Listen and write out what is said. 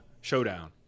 showdown